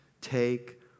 take